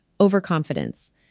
overconfidence